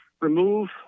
remove